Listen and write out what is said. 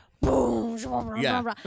boom